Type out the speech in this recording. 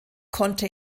konnte